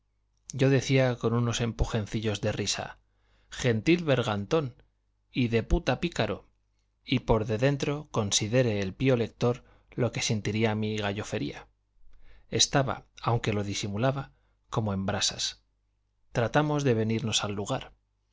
yo decía con unos empujoncillos de risa gentil bergantón hideputa pícaro y por de dentro considere el pío lector lo que sentiría mi gallofería estaba aunque lo disimulaba como en brasas tratamos de venirnos al lugar